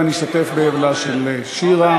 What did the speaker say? ונשתתף באבלה של שיר.